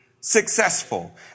successful